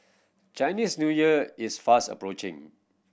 Chinese New Year is fast approaching